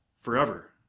forever